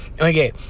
Okay